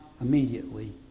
immediately